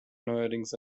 neuerdings